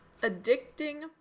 addicting